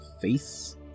face